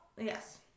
yes